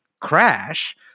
crash